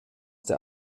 der